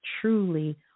truly